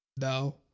No